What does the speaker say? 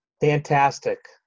Fantastic